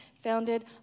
founded